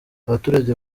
abaturage